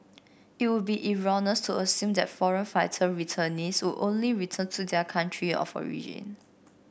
it would be erroneous to assume that foreign fighter returnees would only return to their country of origin